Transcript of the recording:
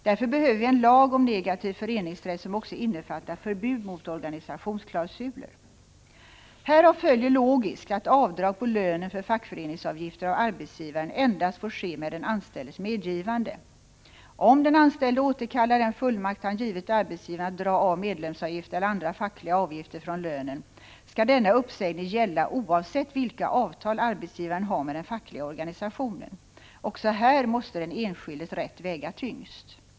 Därför behöver vi en lag om negativ föreningsrätt som också innefattar förbud mot organisationsklausuler. Härav följer logiskt att arbetsgivarens avdrag på lönen för fackföreningsavgifter endast får ske med den anställdes medgivande. Om den anställde återkallar den fullmakt han givit arbetsgivaren att dra av medlemsavgift eller andra fackliga avgifter från lönen, skall denna uppsägning gälla oavsett vilka avtal arbetsgivaren har med den fackliga organisationen. Också här måste den enskildes rätt väga tyngst.